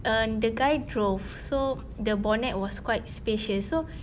err the guy drove so the bonnet was quite spacious so